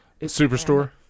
Superstore